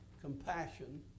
Compassion